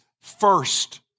first